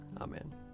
Amen